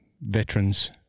veterans